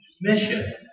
mission